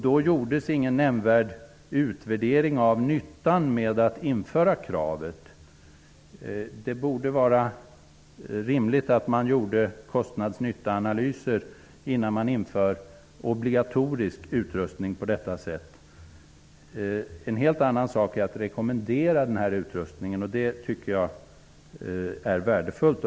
Då gjordes ingen nämnvärd utvärdering av nyttan med att införa kravet. Det borde vara rimligt att göra kostnadsoch nyttoanalyser innan man inför obligatorisk utrustning. Det är en helt annan sak att rekommendera utrustningen. Det vore värdefullt.